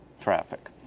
traffic